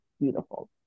beautiful